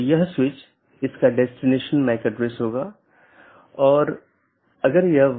अगर हम BGP घटकों को देखते हैं तो हम देखते हैं कि क्या यह ऑटॉनमस सिस्टम AS1 AS2 इत्यादि हैं